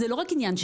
זה לא רק עניין,